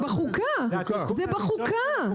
בארצות הברית זה בחוקה.